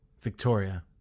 Victoria